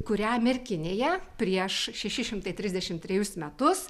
kurią merkinėje prieš šeši šimtai trisdešimt trejus metus